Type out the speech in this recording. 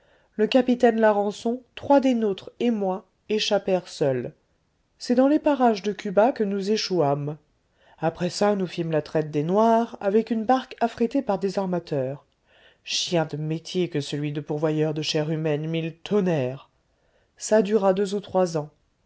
le capitaine larençon trois des nôtres et moi échappèrent seuls c'est dans les parages de cuba que nous échouâmes après ça nous fîmes la traite des noirs avec une barque affrétée par des armateurs chien de métier que celui de pourvoyeur de chair humaine mille tonnerres ça dura deux ou trois ans